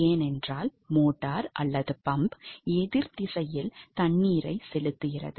ஏனென்றால் மோட்டார் அல்லது பம்ப் எதிர் திசையில் தண்ணீரை செலுத்துகிறது